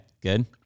good